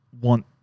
want –